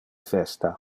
festa